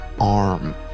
arm